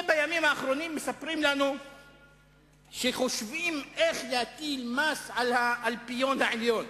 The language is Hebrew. בימים האחרונים מספרים לנו שחושבים איך להטיל מס על האלפיון העליון,